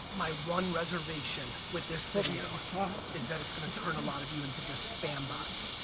my one reservation with this video is that it's gonna turn a lot of you into just spam bots.